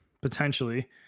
potentially